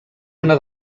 una